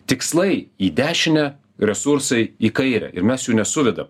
tikslai į dešinę resursai į kairę ir mes jų nesuvedam